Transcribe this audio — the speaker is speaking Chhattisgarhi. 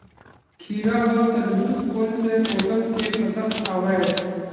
खीरा व तरबुज कोन से मौसम के फसल आवेय?